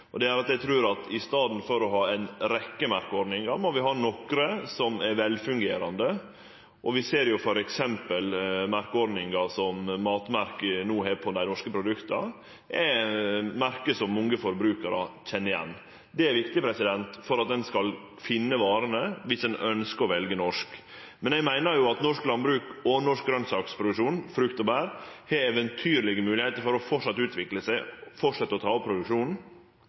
eg trur at i staden for å ha ei rekkje merkeordningar, må vi ha nokre som er velfungerande. Vi ser f.eks. at merkeordninga som Matmerk no har på dei norske produkta, er merke som mange forbrukarar kjenner igjen. Det er viktig for at ein skal finne varene viss ein ønskjer å velje norsk. Men eg meiner at norsk landbruk og norsk grønsakproduksjon – frukt og bær – har eventyrlege moglegheiter til å fortsetje å utvikle seg, fortsetje å auke produksjonen.